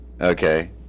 Okay